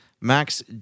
Max